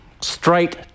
Straight